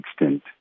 extent